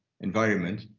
environment